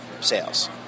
sales